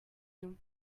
nous